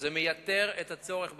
זה מייתר את הצורך בחכירה.